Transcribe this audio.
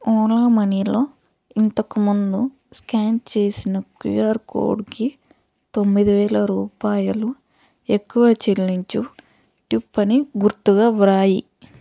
ఓనా మనీలో ఇంతకు ముందు స్క్యాన్ చేసిన క్యుఆర్ కోడుకి తొమ్మిది వేల రూపాయలు ఎక్కువ చెల్లించు టిప్ అని గుర్తుగా వ్రాయి